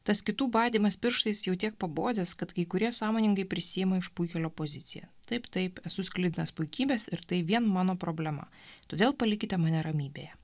tas kitų badymas pirštais jau tiek pabodęs kad kai kurie sąmoningai prisiima išpuikėlio poziciją taip taip esu sklidinas puikybės ir tai vien mano problema todėl palikite mane ramybėje